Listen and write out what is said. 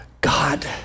God